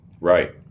right